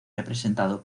representado